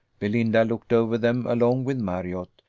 belinda looked over them along with marriott,